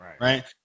Right